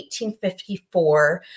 1854